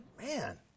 Man